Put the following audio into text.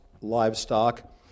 livestock